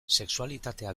sexualitatea